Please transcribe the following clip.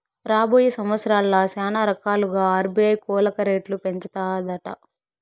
రాబోయే సంవత్సరాల్ల శానారకాలుగా ఆర్బీఐ కోలక రేట్లు పెంచతాదట